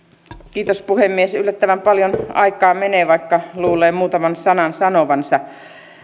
kiitos puhemies yllättävän paljon aikaa menee vaikka luulee muutaman sanan sanovansa